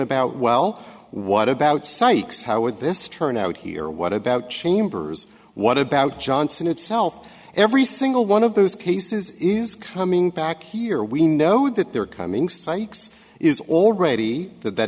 about well what about sykes how would this turn out here what about chambers what about johnson itself every single one of those cases is coming back here we know that they're coming sykes is already that